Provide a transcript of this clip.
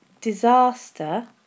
Disaster